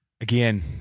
Again